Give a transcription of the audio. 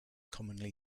commonly